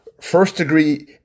first-degree